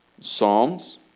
psalms